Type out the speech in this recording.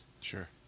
Sure